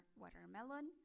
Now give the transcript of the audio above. watermelon